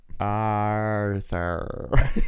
Arthur